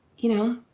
you know,